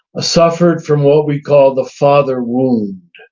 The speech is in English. ah suffered from what we call the father wound,